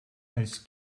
als